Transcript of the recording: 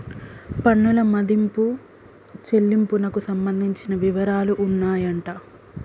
పన్నుల మదింపు చెల్లింపునకు సంబంధించిన వివరాలు ఉన్నాయంట